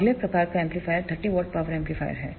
अगला प्रकार का एम्पलीफायर 30 W पावर एम्पलीफायर है